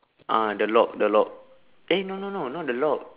ah the lock the lock eh no no no not the lock